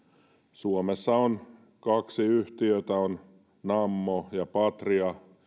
suomessa on kaksi yhtiötä nammo ja patria